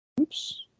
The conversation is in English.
Oops